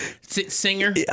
Singer